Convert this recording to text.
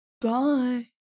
Bye